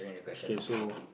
okay so